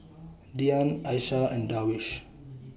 Dian Aishah and Darwish